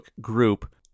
group